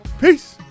Peace